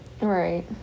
Right